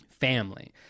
family